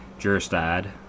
juristad